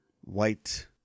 white